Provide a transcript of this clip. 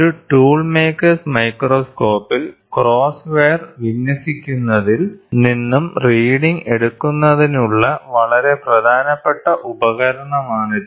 ഒരു tool maker's മൈക്രോസ്കോപ്പിൽ Tool Maker's Microscope cross wire വിന്യസിക്കുന്നതിൽ നിന്നും റീഡിങ് എടുക്കുന്നതിനുള്ള വളരെ പ്രധാനപ്പെട്ട ഉപകരണമാണിത്